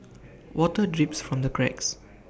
water drips from the cracks